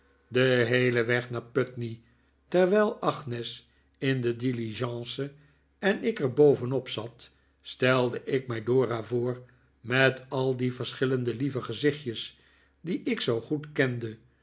den heelen weg naar putney terwijl agnes in de diligence en ik er bovenop zat stelde ik mij dora voor met al die verschillende lieve gezichtjes die ik zoo goed kende